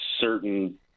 certain –